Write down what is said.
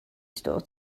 store